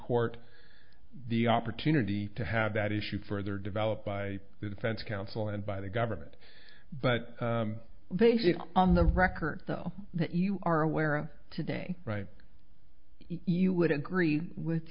court the opportunity to have that issue further developed by the defense counsel and by the government but they feel on the record though that you are aware today you would agree with